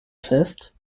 fest